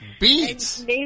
Beats